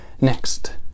Next